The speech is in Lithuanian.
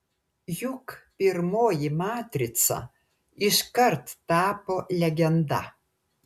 juk pirmoji matrica iškart tapo legenda